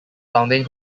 founding